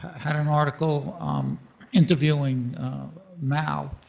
had an article interviewing mao.